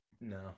no